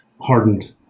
hardened